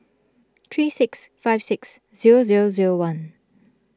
three six five six zero zero zero one